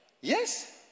Yes